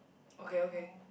okay okay